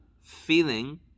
feeling